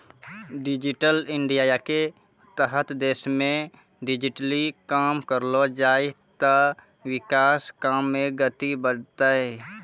digital इंडियाके तहत देशमे डिजिटली काम करलो जाय ते विकास काम मे गति बढ़तै